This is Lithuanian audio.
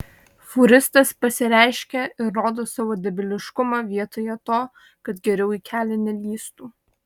fūristas pasireiškė ir rodo savo debiliškumą vietoje to kad geriau į kelią nelįstų